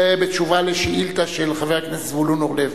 זה בתשובה על שאילתא של חבר הכנסת זבולון אורלב.